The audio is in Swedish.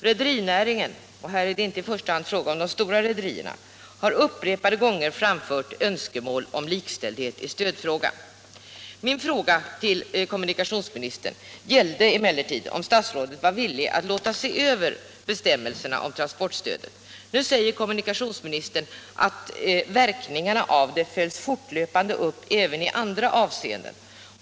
Rederinäringen — och här är det inte i första hand fråga om de stora rederierna — har upprepade gånger framfört önskemål om likställdhet i stödfrågan. Min fråga till kommunikationsministern gällde om han är villig att låta se över bestämmelserna om transportstödet. Nu säger kommunikationsministern att verkningarna av detta stöd följs fortlöpande upp ”även i andra avseenden”.